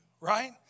Right